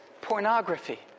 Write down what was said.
pornography